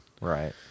Right